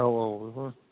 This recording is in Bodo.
औ औ बेखौ